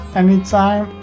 anytime